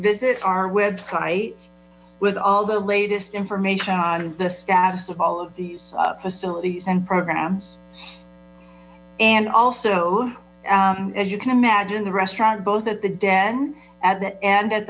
visit our web site with all the latest information on the status of all of these facilities and programs and also as you can imagine the restaurant both at the den at the end at